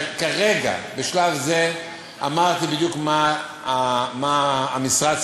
כרגע, בשלב זה, אמרתי בדיוק מה המשרד סבור,